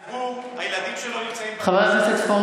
הציבור, הילדים שלו נמצאים בבית הספר,